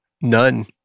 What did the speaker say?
None